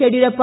Yediyurappa